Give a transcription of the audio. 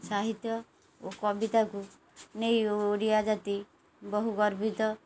ସାହିତ୍ୟ ଓ କବିତାକୁ ନେଇ ଓ ଓଡ଼ିଆ ଜାତି ବହୁ ଗର୍ବିତ